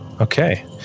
okay